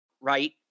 right